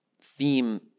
theme